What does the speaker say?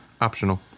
Optional